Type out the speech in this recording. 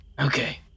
Okay